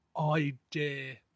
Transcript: idea